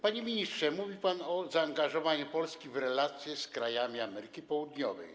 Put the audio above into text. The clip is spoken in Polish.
Panie ministrze, mówi pan o zaangażowaniu Polski w relacje z krajami Ameryki Południowej.